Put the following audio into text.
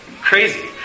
crazy